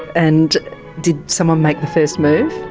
and did someone make the first move?